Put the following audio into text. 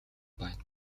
байна